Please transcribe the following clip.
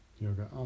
yoga